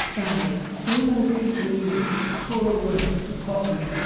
ballet, film and theatre music, choral works, opera,